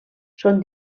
són